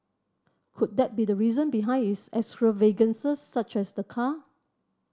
could that be the reason behind his extravagances such as the car